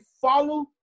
follow